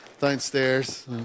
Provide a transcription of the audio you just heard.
downstairs